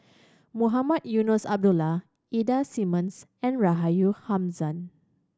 Mohamed Eunos Abdullah Ida Simmons and Rahayu Hamzam